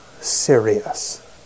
serious